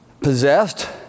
possessed